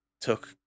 took